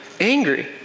angry